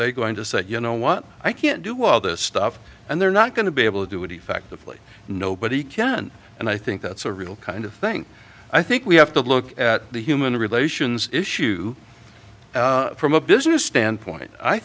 they going to say you know what i can't do all this stuff and they're not going to be able to do it effectively nobody can and i think that's a real kind of thing i think we have to look at the human relations issue from a business standpoint i